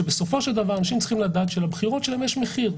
שבסופו של דבר אנשים צריכים לדעת שלבחירות שלהם יש מחיר,